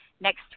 next